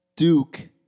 Duke